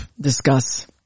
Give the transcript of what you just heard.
discuss